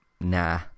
nah